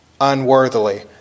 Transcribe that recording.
unworthily